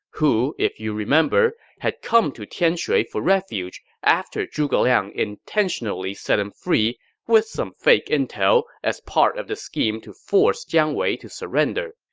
who, if you remember, had come to tianshui for refuge after zhuge liang intentionally set him free with some fake intel as part of the scheme to force jiang wei to surrender.